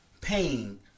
pain